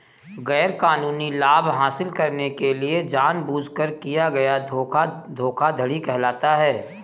गैरकानूनी लाभ हासिल करने के लिए जानबूझकर किया गया धोखा धोखाधड़ी कहलाता है